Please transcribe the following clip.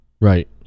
Right